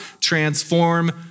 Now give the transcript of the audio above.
transform